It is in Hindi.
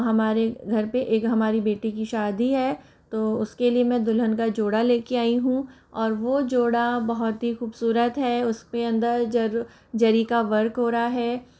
हमारे घर पे एक हमारी बेटी की शादी है तो उसके लिए मैं दुल्हन का जोड़ा लेके आई हूँ और वो जोड़ा बहुत ही खूबसूरत है उसपे अंदर ज ज़री का वर्क हो रहा है